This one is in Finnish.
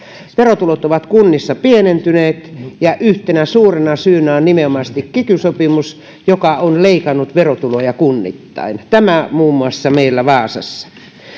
verotulot ovat kunnissa pienentyneet ja yhtenä suurena syynä on nimenomaisesti kiky sopimus joka on leikannut verotuloja kunnissa näin muun muassa meillä vaasassa